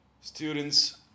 Students